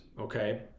okay